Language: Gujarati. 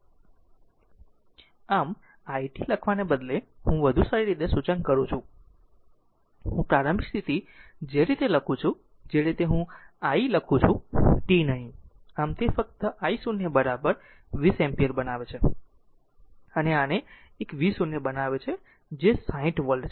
આમ હું t લખવાને બદલે વધુ સારી રીતે સૂચન કરું છું હું પ્રારંભિક સ્થિતિ જે રીતે લખું છું જે રીતે હું i i 3 લહું છું t નહિ આમ તે ફક્ત I0 20 એમ્પીયર બનાવે છે અને આને એક v0 બનાવે છે જે 60 V છે